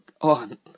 on